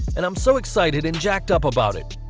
and i'm so excited and jacked up about it.